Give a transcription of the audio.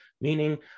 meaning